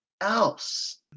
else